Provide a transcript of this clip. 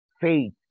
Faith